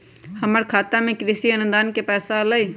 हमर खाता में कृषि अनुदान के पैसा अलई?